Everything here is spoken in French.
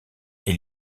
est